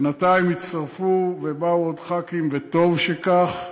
בינתיים הצטרפו ובאו עוד ח"כים, וטוב שכך,